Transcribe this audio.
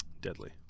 deadly